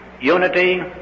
unity